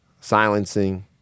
silencing